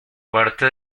parte